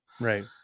right